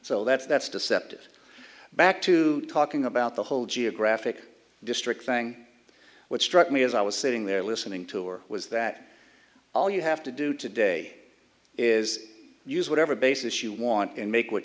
so that's that's deceptive back to talking about the whole geographic district thing what struck me as i was sitting there listening to or was that all you have to do today is use whatever basis you want and make what